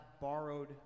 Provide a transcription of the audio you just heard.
borrowed